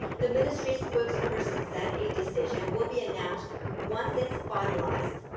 the ministry's spokesperson said a decision will be announced once it's finalized.